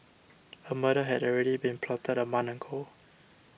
a murder had already been plotted a month ago